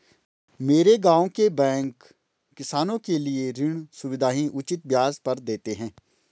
मेरे गांव के बैंक किसानों के लिए ऋण सुविधाएं उचित ब्याज पर देते हैं